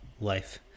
life